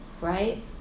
Right